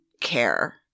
care